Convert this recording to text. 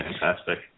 fantastic